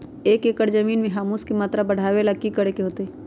एक एकड़ जमीन में ह्यूमस के मात्रा बढ़ावे ला की करे के होतई?